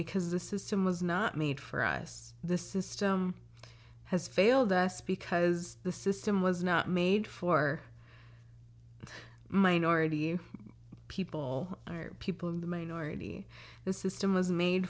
because the system was not made for us the system has failed us because the system was not made for minority you people or people in the minority the system was made